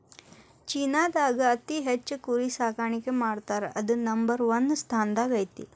ಚೇನಾದಾಗ ಅತಿ ಹೆಚ್ಚ್ ಕುರಿ ಸಾಕಾಣಿಕೆ ಮಾಡ್ತಾರಾ ಅದು ನಂಬರ್ ಒನ್ ಸ್ಥಾನದಾಗ ಐತಿ